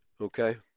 Okay